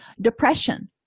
Depression